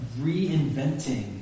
reinventing